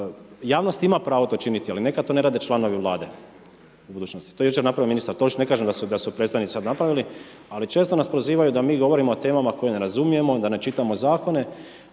javnost ima pravo to činiti, ali neka to ne rade članovi vlade u budućnosti, to je jučer napravio ministar Tolušić, ne kažem da su predstavnici sad napravili, ali često nas prozivaju da mi govorimo o temama koje ne razumijemo, da ne čitamo zakone,